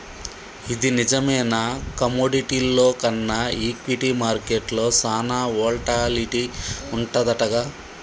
ఇది నిజమేనా కమోడిటీల్లో కన్నా ఈక్విటీ మార్కెట్లో సాన వోల్టాలిటీ వుంటదంటగా